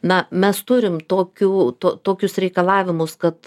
na mes turim tokių to tokius reikalavimus kad